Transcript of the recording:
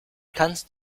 kannst